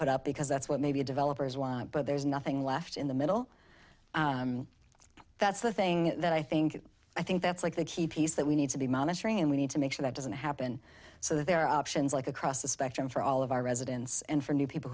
put up because that's what maybe developers want but there's nothing left in the middle that's the thing that i think i think that's like the key piece that we need to be monitoring and we need to make sure that doesn't happen so that there are options like across the spectrum for all of our residents and for new people